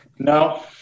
No